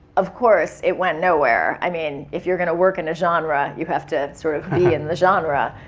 of course, it went nowhere. i mean, if you're gonna work in a genre, you have to sort of be in the genre.